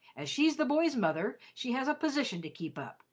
as she's the boy's mother, she has a position to keep up,